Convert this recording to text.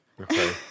Okay